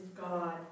God